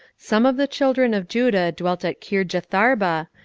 some of the children of judah dwelt at kirjatharba,